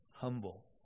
Humble